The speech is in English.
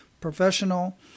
professional